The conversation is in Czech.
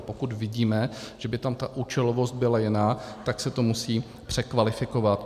A pokud vidíme, že by tam účelovost byla jiná, tak se to musí překvalifikovat.